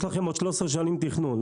יש לכם עוד 13 שנים תכנון,